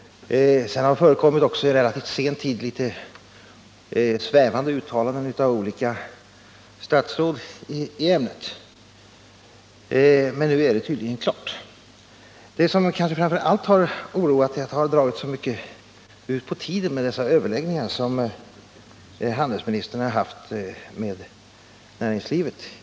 Sedan har det under relativt sen tid förekommit litet svävande uttalanden av olika statsråd i ämnet. Men nu är ställningstagandet tydligen klart. Det som kanske framför allt har varit oroande är att det har dragit ut så mycket på tiden med de överläggningar som handelsministern har haft med näringslivet.